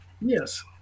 Yes